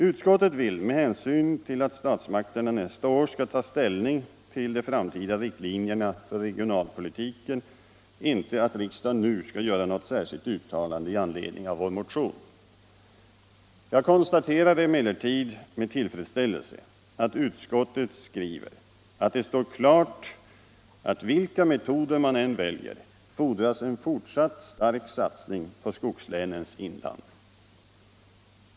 Utskottet vill med hänsyn till att statsmakterna nästa år skall ta ställning till de framtida riktlinjerna för regionalpolitiken inte att riksdagen nu skall göra något särskilt uttalande i anledning av vår motion. Jag konstaterar emellertid med tillfredsställelse att utskottet skriver att det står klart att vilka metoder man än väljer fordras en fortsatt stark satsning på skogslänens inland.